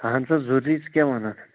اَہن سا ضٔروٗری ژٕ کیٛاہ وَنان